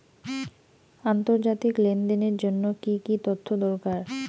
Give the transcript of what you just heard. আন্তর্জাতিক লেনদেনের জন্য কি কি তথ্য দরকার?